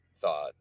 thought